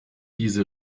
diese